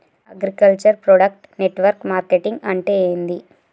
Agriculture product network marketing అంటే ఏంది?